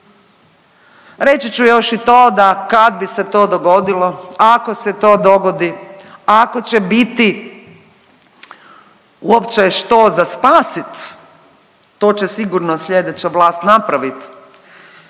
Reći ću još i to da kad bi se to dogodilo, ako se to dogodi, ako će biti uopće što za spasit, to će sigurno slijedeća vlast napravit.